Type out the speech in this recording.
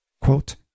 Quote